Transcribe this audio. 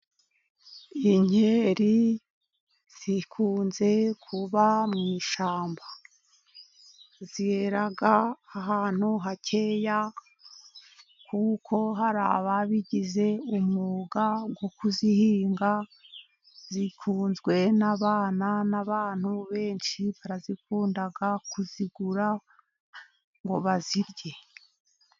Inkeri zikunze kuba mu ishyamba, zera ahantu hakeya kuko hari ababigize umwuga wo kuzihinga. Zikunzwe n'abana n'abantu benshi, barazikunda kuzigura ngo bazirye.